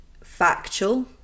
factual